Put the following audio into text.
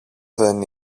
δεν